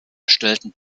stellten